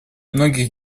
многих